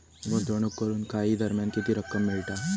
गुंतवणूक करून काही दरम्यान किती रक्कम मिळता?